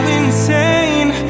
insane